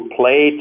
play